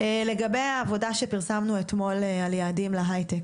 לגבי העבודה שפרסמנו אתמול על יעדים להיי טק,